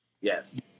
Yes